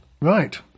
Right